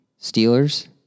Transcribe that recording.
Steelers